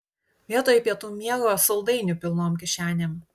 vietoj pietų miego saldainių pilnom kišenėm